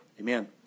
Amen